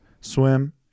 swim